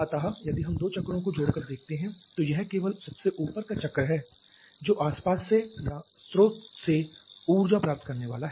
अतः यदि हम दो चक्रों को जोड़कर देखते हैं तो यह केवल सबसे ऊपर का चक्र है जो आसपास से या स्रोत से ऊर्जा प्राप्त करने वाला है